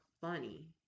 funny